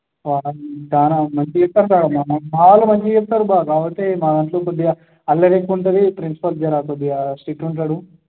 వామ్మో చాలా మంచిగా చెప్తారు సార్ మావాళ్ళు మంచిగా చెప్తారు కాకపోతే మా దాంట్లో కొద్దిగా అల్లరి ఎక్కువ ఉంటుంది ప్రిన్సిపల్ జర కొద్దిగా స్ట్రిక్ట్ ఉంటాడు